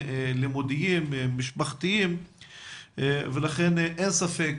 לימודיים ומשפחתיים ולכן אין ספק,